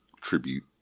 tribute